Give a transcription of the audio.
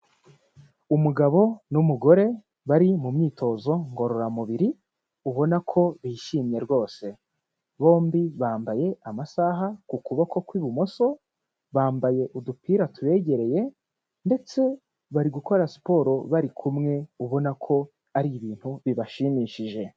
Umugabo n'umugore bari mu myitozo ngororamubiri, ubona ko bishimye rwose, bombi bambaye amasaha ku kuboko kw'ibumoso, bambaye udupira tubegereye ndetse bari gukora siporo bari kumwe, ubona ko ari ibintu bibashimishije.